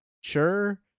sure